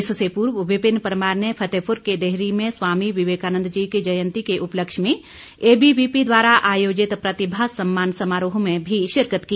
इससे पूर्व विपिन परमार ने फतेहपुर के देहरी में स्वामी विवेकानन्द जी की जयंती के उपलक्ष्य में एबीवीपी द्वारा आयोजित प्रतिभा सम्मान समारोह में भी शिरकत की